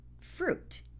fruit